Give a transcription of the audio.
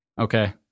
Okay